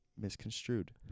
Misconstrued